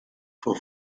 for